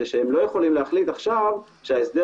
זה שהם לא יכולים להחליט עכשיו שההסדר